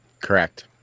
Correct